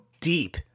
Deep